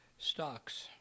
stocks